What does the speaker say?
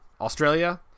Australia